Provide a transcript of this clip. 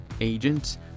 agents